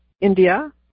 India